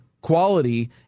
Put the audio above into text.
quality